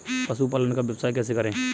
पशुपालन का व्यवसाय कैसे करें?